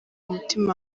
mutima